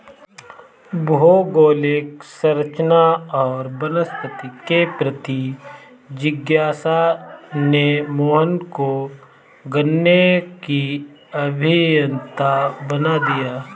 भौगोलिक संरचना और वनस्पति के प्रति जिज्ञासा ने मोहन को गाने की अभियंता बना दिया